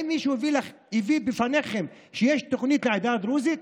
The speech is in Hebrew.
האם מישהו הביא בפניכם שיש תוכנית לעדה הדרוזית?